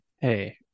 Hey